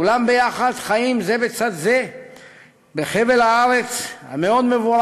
כולם ביחד חיים זה בצד זה בחבל הארץ המאוד-מבורך,